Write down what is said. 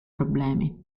problemi